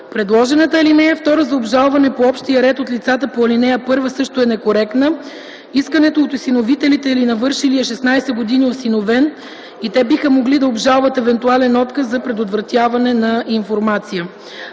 Предложената ал. 2 за обжалване по общия ред от лицата по ал. 1 също е некоректна. Искането е от осиновителите или навършилия 16 години осиновен и те биха могли да обжалват евентуален отказ за предоставяне на информация.